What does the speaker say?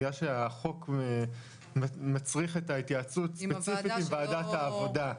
בגלל שהחוק מצריך את ההתייעצות ספציפית עם ועדת העבודה.